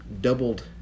doubled